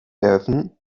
eröffnen